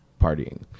partying